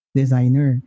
designer